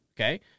okay